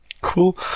Cool